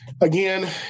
again